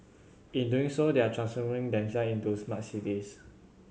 in doing so they are transforming themselves into smart cities